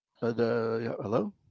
Hello